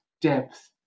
depth